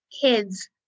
kids